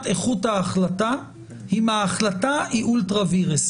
איכות ההחלטה אם ההחלטה היא אולטרה וירס.